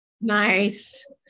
Nice